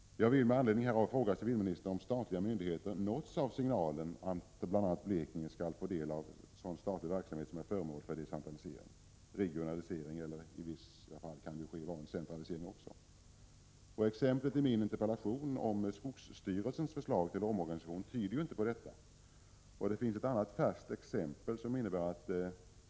Jag vill med anledning härav fråga civilministern om statliga myndigheter nåtts av signalen att bl.a. Blekinge skall få del av sådan statlig verksamhet som är föremål för decentralisering, regionalisering eller, vilket också kan vara fallet, centralisering. Det exempel jag har givit i min interpellation och som avser skogsstyrelsens förslag till omorganisation tyder inte på detta. Det finns ett annat färskt exempel som visar samma sak.